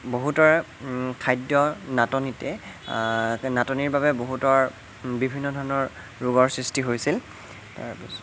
বহুতৰে খাদ্যৰ নাটনিতে নাটনিৰ বাবে বহুতৰ বিভিন্ন ধৰণৰ ৰোগৰ সৃষ্টি হৈছিল তাৰপিছত